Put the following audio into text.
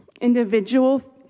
individual